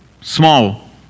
small